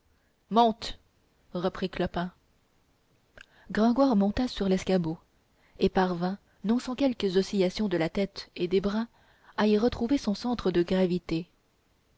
monte reprit clopin gringoire monta sur l'escabeau et parvint non sans quelques oscillations de la tête et des bras à y retrouver son centre de gravité